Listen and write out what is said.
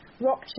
rock